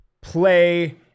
play